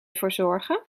verzorgen